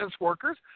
workers